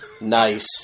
Nice